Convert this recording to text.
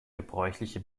gebräuchliche